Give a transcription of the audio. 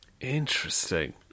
Interesting